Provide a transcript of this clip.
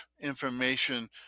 information